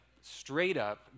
straight-up